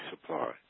supply